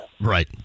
Right